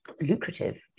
lucrative